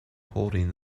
holding